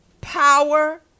power